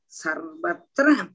sarbatra